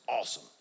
awesome